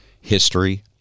history